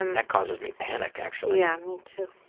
and that causes me panic actually. yeah, me too.